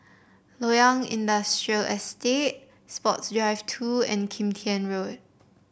Loyang Industrial Estate Sports Drive Two and Kim Tian Road